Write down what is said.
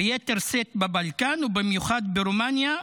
ביתר שאת בבלקן ובמיוחד ברומניה,